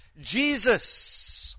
Jesus